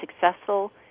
successful